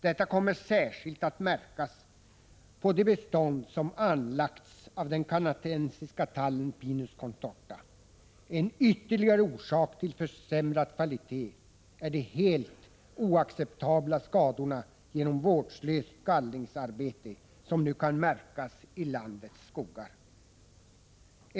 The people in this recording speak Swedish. Detta kommer särskilt att märkas på de bestånd som anlagts av den kanadensiska tallen Pinus Contorta. En ytterligare orsak till försämrad kvalitet är de helt oacceptabla skador genom vårdslöst gallringsarbete som nu kan märkas i landets skogar.